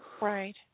Right